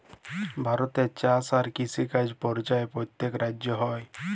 ভারতে চাষ আর কিষিকাজ পর্যায়ে প্যত্তেক রাজ্যে হ্যয়